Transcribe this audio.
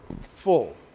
full